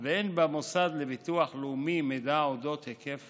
ואין למוסד לביטוח לאומי מידע על היקף